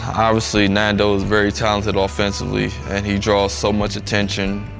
obviously nando's very talented offensively and he draws so much attention.